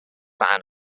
ban